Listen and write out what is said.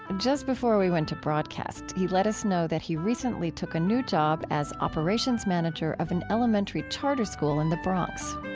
just before we went to broadcast, he let us know that he recently took a new job as operations manager of an elementary charter school in the bronx